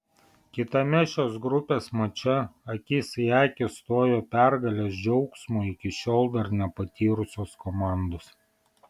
kitame šios grupės mače akis į akį stojo pergalės džiaugsmo iki šiol dar nepatyrusios komandos